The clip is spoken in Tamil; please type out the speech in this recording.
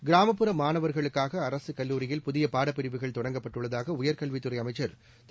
கிராமப்புற மாணவர்களுக்காக அரசு கல்லூரியில் புதிய பாடப்பிரிவுகள் தொடங்கப்பட்டுள்ளதாக உயர்கல்வித்துறை அமைச்சா் திரு